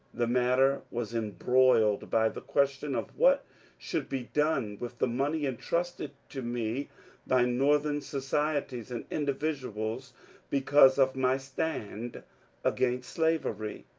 the matter was embroiled by the question of what should be done with the money entrusted to me by northern societies and individuals because of my stand against slavery.